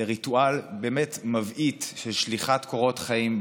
לריטואל באמת מבעית של שליחת קורות חיים,